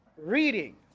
reading